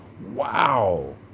wow